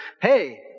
Hey